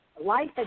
life